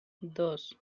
dos